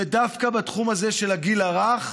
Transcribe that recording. ודווקא בתחום הזה של הגיל הרך,